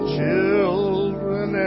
children